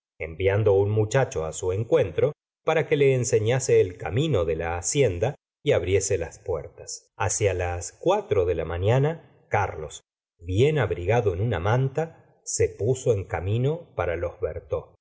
enviando un muchacho á su encuentro para que le enseñase el camino de la hacienda y abriese las puertas hacia las cuatro de la mañana carlos bien abrigado en una manta se puso en camino para los bertaux